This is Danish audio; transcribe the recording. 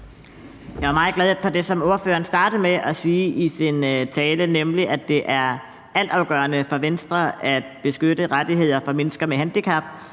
Jeg var meget glad for det, som ordføreren startede med at sige i sin tale, nemlig at det er altafgørende for Venstre at beskytte rettigheder for mennesker med handicap,